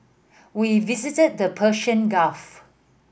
we visited the Persian Gulf